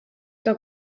que